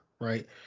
right